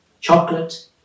chocolate